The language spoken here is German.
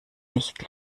nicht